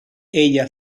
ella